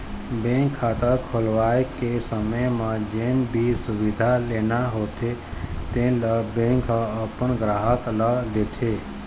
bank खाता खोलवाए के समे म जेन भी सुबिधा लेना होथे तेन ल बेंक ह अपन गराहक ल देथे